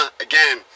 again